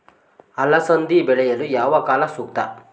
ಅಲಸಂದಿ ಬೆಳೆಯಲು ಯಾವ ಕಾಲ ಸೂಕ್ತ?